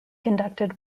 conducted